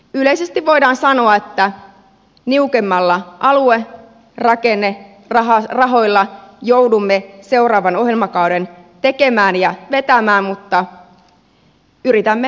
yleisesti voidaan sanoa että niukemmilla aluerakennerahoilla joudumme seuraavan ohjelmakauden tekemään ja vetämään mutta yritämme parhaamme